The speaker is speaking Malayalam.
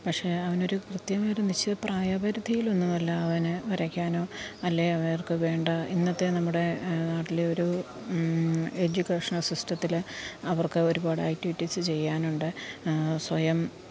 പക്ഷെ അവനൊരു കൃത്യമായൊരു നിശ്ചിത പ്രായപരിധിയിലൊന്നുവല്ല അവന് വരക്കാനോ അല്ലേല് അവര്ക്ക് വേണ്ട ഇന്നത്തെ നമ്മുടെ നാട്ടിലെ ഒരു എജുക്കേഷണല് സിസ്റ്റത്തിലെ അവര്ക്ക് ഒരുപാട് ആക്റ്റിവിറ്റിസ് ചെയ്യാനുണ്ട് സ്വയം